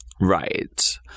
Right